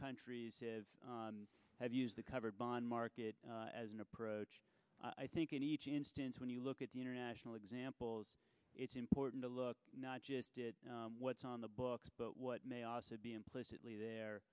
countries have used the covered bond market as an approach i think in each instance when you look at the international examples it's important to look not just what's on the books but what may also be implicitly there